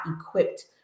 equipped